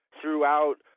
throughout